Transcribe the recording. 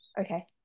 Okay